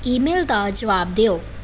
email ਦਾ ਜਵਾਬ ਦਿਉ